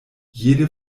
jede